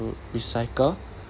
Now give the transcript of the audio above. recycle